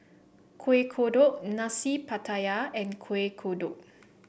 Kueh Kodok Nasi Pattaya and Kueh Kodok